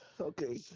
Okay